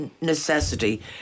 necessity